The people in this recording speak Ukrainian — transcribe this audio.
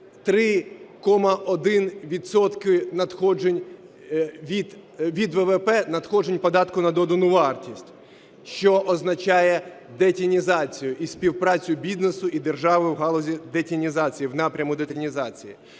від ВВП надходжень податку на додану вартість, що означає детінізацію і співпрацю бізнесу і держави в галузі детінізації в напрям детінізації.